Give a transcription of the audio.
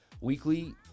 Weekly